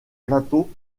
plateau